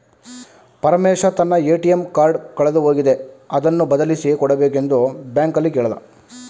ಪರಮೇಶ ತನ್ನ ATM card ಕಳೆದು ಹೋಗಿದೆ ಅದನ್ನು ಬದಲಿಸಿ ಕೊಡಬೇಕೆಂದು ಬ್ಯಾಂಕಲ್ಲಿ ಕೇಳ್ದ